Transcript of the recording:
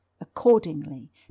Accordingly